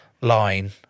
line